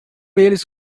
eles